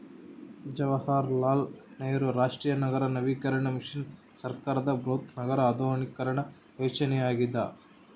ಜವಾಹರಲಾಲ್ ನೆಹರು ರಾಷ್ಟ್ರೀಯ ನಗರ ನವೀಕರಣ ಮಿಷನ್ ಸರ್ಕಾರದ ಬೃಹತ್ ನಗರ ಆಧುನೀಕರಣ ಯೋಜನೆಯಾಗ್ಯದ